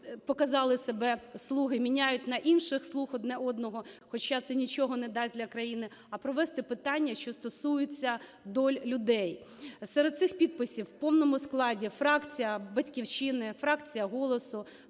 показали себе, "слуги" міняють на інших "слуг" одне одного. Хоча це нічого не дасть для країни. А провести питання, що стосується долі людей. Серед цих підписів в повному складі фракція "Батьківщини", фракція "Голосу",